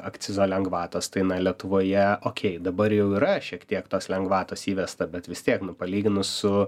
akcizo lengvatos tai na lietuvoje okėj dabar jau yra šiek tiek tos lengvatos įvesta bet vis tiek nu palyginus su